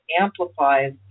amplifies